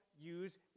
use